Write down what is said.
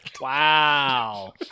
Wow